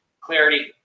Clarity